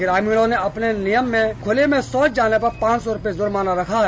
ग्रामीणों ने अपने नियम में खुले में शौच जाने पर पांच सौ रूपये का जुर्माना लगा रखा है